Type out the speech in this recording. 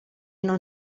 non